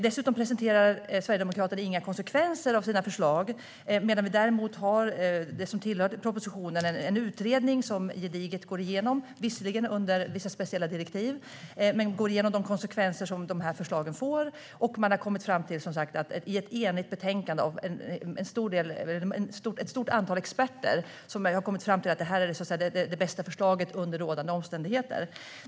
Dessutom presenterar Sverigedemokraterna inga konsekvenser av sina förslag, medan vi i det som tillhör propositionen har en gedigen utredning som - visserligen under speciella direktiv - går igenom de konsekvenser förslagen får. Ett stort antal experter har enigt kommit fram till att detta är det bästa förslaget under rådande omständigheter.